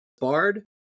BARD